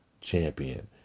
champion